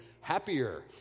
happier